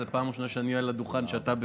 זאת הפעם הראשונה שאני על הדוכן כשאתה בתפקידך.